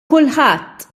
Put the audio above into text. kulħadd